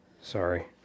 Sorry